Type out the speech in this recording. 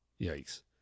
Yikes